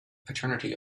paternity